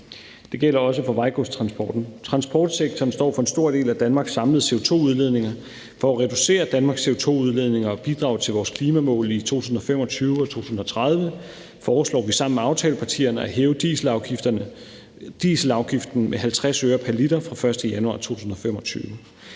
Det gælder også for vejgodstransporten. Transportsektoren står for en stor del af Danmarks samlede CO2-udledninger. For at reducere Danmarks CO2-udledninger og bidrage til vores klimamål i 2025 og 2030 foreslår vi sammen med aftalepartierne at hæve dieselafgiften med 50 øre pr. liter fra den 1. januar 2025.